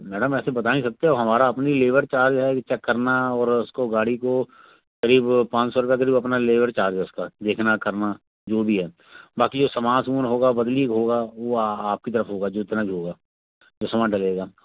madam ऐसे बता नहीं सकते हमारा अपनी लेबर चार्ज है चेक करना और उसको गाड़ी को करीब पाँच सौ रुपये करीब अपना लेबर चार्ज है उसका देखना करना जो भी है बाकी जो सामान सुमुन होगा बदली होगा वो आपकी तरफ़ होगा जितना भी होगा जो सामान डलेगा